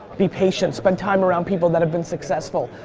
be patient, spend time around people that have been successful.